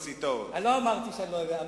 הוא אמר שהוא אוהב את האוניברסיטאות.